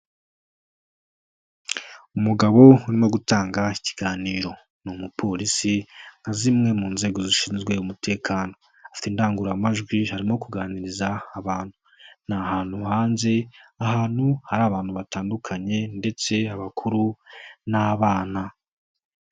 Umugabo urimo gutanga ikiganiro. Ni umupolisi nka zimwe mu nzego zishinzwe umutekano afite indangururamajwi arimo kuganiriza abantu. Ni ahantu hanze ahantu hari abantu batandukanye ndetse abakuru n'abana.